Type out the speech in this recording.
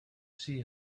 see